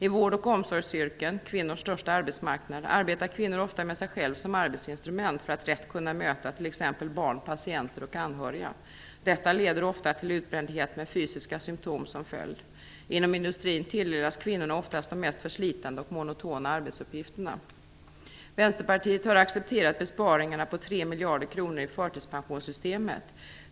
I vård och omsorgsyrken - kvinnors största arbetsmarknad - arbetar kvinnor ofta med sig själva som arbetsinstrument för att rätt kunna möta t.ex. barn, patienter och anhöriga. Detta leder ofta till utbrändhet med fysiska symtom som följd. Inom industrin tilldelas kvinnorna oftast de mest förslitande och monotona arbetsuppgifterna. Vänsterpartiet har accepterat besparingarna på 3 miljarder kronor i förtidspensionssystemet.